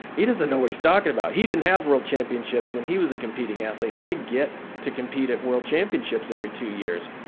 he doesn't know what he's talking about. he didn't have world championships when he was a competing athlete. i get to compete at world championships every two years.